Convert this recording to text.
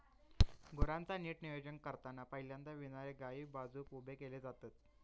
गुरांचा नीट नियोजन करताना पहिल्यांदा विणारे गायी बाजुक उभे केले जातत